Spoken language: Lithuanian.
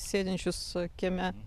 sėdinčius kieme